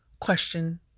question